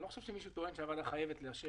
אני לא חושב שמישהו התכוון שהוועדה חייבת לאשר.